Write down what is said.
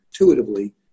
intuitively